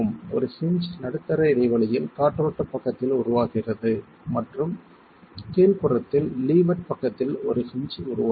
ஒரு ஹின்ஜ் நடுத்தர இடைவெளியில் காற்றோட்டப் பக்கத்தில் உருவாகிறது மற்றும் கீழ் புறத்தில் லீவர்ட் பக்கத்தில் ஒரு ஹின்ஜ் உருவாகும்